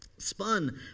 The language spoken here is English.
Spun